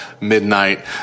midnight